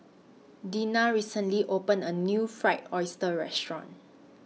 Dena recently opened A New Fried Oyster Restaurant